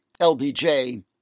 LBJ